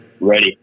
Ready